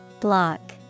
Block